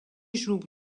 joue